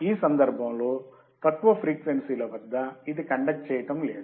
ఈ సందర్భంలో తక్కువ ఫ్రీక్వెన్సీ ల వద్ద ఇది కండక్ట్ చేయటం లేదు